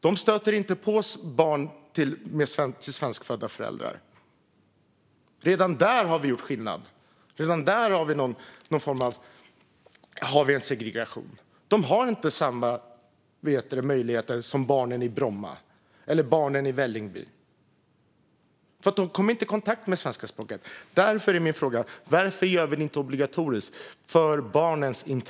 De stöter inte på barn till svenskfödda föräldrar. Redan där har vi gjort skillnad. Redan där har vi en segregation. De har inte samma möjligheter som barnen i Bromma eller barnen i Vällingby, för de kommer inte i kontakt med svenska språket. Därför är min fråga: Varför gör vi det inte obligatoriskt och för barnens skull?